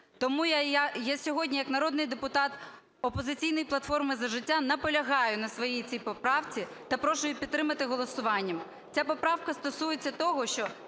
Тому я сьогодні як народний депутат "Опозиційної платформи - За життя" наполягаю на своїй цій поправці та прошу її підтримати голосуванням. Ця поправка стосується того, що